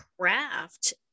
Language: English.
craft